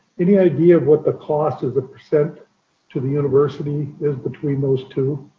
any idea of what the cost of the percent to the university is between those two